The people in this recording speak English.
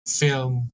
film